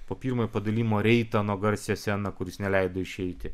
po pirmojo padalijimo reitano garsiąją sceną kur jis neleido išeiti